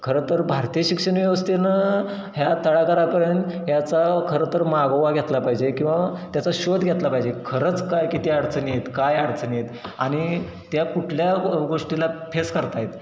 खरं तर भारतीय शिक्षण व्यवस्थेनं ह्या तळागळापर्यंत याचा खरं तर मागोवा घेतला पाहिजे किंवा त्याचा शोध घेतला पाहिजे खरंच काय किती अडचणी येत काय अडचणी येत आणि त्या कुठल्या गोष्टीला फेस करतायेत